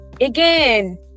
again